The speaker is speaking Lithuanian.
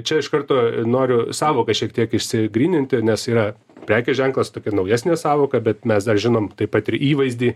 čia iš karto noriu sąvoka šiek tiek išsigryninti nes yra prekės ženklas tokia naujesnė sąvoka bet mes dar žinom taip pat ir įvaizdį